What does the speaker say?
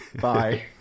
Bye